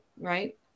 right